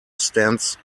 stands